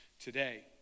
today